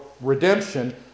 redemption